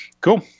Cool